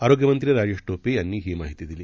आरोग्यमंत्रीराजेशटोपेयांनीहीमाहितीदिली